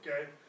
Okay